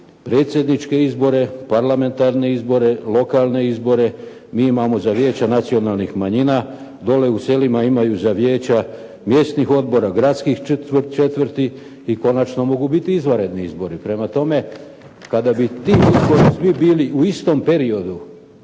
predsjedniče izbore, parlamentarne izbore, lokalne izbore. Mi imamo za vijeće nacionalnih manjina, dolje u selima imaju za vijeće mjesnih odbora, gradskih četvrti i konačno mogu biti izvanredni izbori. Prema tome, kada bi koji su svi bili u istom periodu